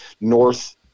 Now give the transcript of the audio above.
North